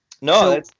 No